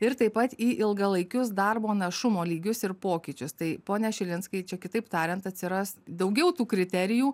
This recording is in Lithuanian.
ir taip pat į ilgalaikius darbo našumo lygius ir pokyčius tai pone šilinskai čia kitaip tariant atsiras daugiau tų kriterijų